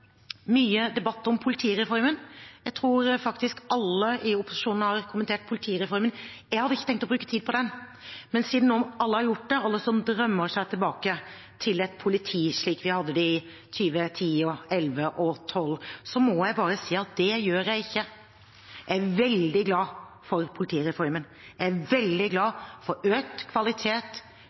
mye debatt om politireformen. Jeg tror faktisk alle i opposisjonen har kommentert politireformen. Jeg hadde ikke tenkt å bruke tid på den, men siden alle nå har gjort det, må jeg bare si til alle som drømmer seg tilbake til et politi slik vi hadde det i 2010, 2011 og 2012, at det gjør ikke jeg. Jeg er veldig glad for politireformen. Jeg er veldig glad for økt kvalitet,